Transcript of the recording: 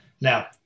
Now